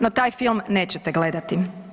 No taj film nećete gledati.